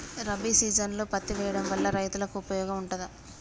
రబీ సీజన్లో పత్తి వేయడం వల్ల రైతులకు ఉపయోగం ఉంటదా?